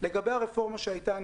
לגבי הרפורמה שהייתה: